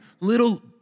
little